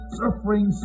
suffering